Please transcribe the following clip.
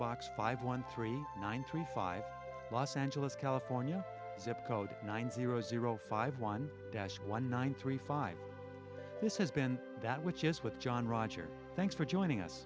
box five one three nine three five los angeles california zip code nine zero zero five one dash one nine three five this has been that which is what john rogers thanks for joining us